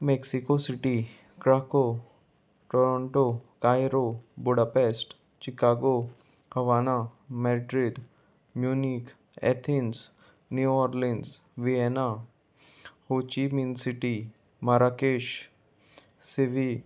Mexico City Krakow Toronto Cairo Budapest Chicago Havana Madrid Munich Athens New Orleans Vienna Ho Chi Minh City Marrakesh सिवी